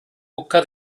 busca